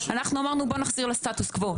אנחנו אמרנו בואו נחזיר לסטטוס קוו.